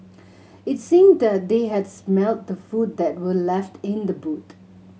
it seemed that they had smelt the food that were left in the boot